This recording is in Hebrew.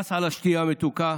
מס על השתייה המתוקה,